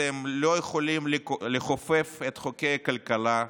אתם לא יכולים לכופף את חוקי הכלכלה.